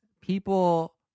people